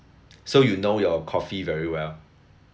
so you know your coffee very well